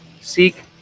Seek